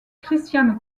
christiane